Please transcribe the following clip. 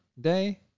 day